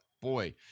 Boy